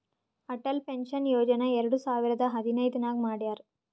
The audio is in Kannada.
ಅಟಲ್ ಪೆನ್ಷನ್ ಯೋಜನಾ ಎರಡು ಸಾವಿರದ ಹದಿನೈದ್ ನಾಗ್ ಮಾಡ್ಯಾರ್